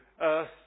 earth